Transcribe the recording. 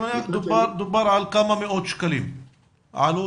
דובר על כמה מאות שקלים עלות.